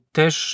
też